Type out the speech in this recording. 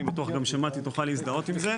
אני בטוח גם שמטי תוכל להזדהות עם זה.